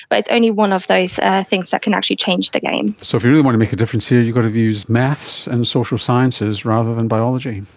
but it's only one of those things that can actually change the game. so if you really want to make a difference here you've got to use maths and social sciences rather than biology.